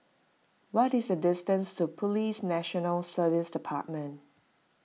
what is the distance to Police National Service Department